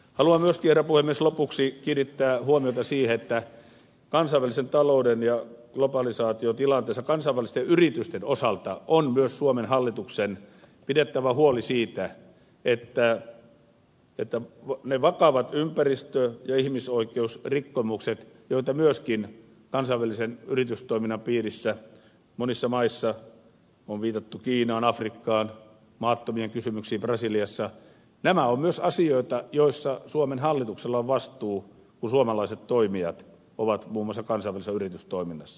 haluan myöskin herra puhemies lopuksi kiinnittää huomiota siihen että kansainvälisen talouden ja globalisaation tilanteessa kansainvälisten yritysten osalta on myös suomen hallituksen pidettävä huoli siitä että ne vakavat ympäristö ja ihmisoikeusrikkomukset joita on myöskin kansainvälisen yritystoiminnan piirissä monissa maissa on viitattu kiinaan afrikkaan maattomien kysymyksiin brasiliassa ovat myös asioita joissa suomen hallituksella on vastuu kun suomalaiset toimijat ovat muun muassa kansainvälisessä yritystoiminnassa